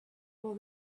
for